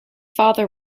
father